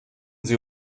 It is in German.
sie